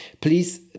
please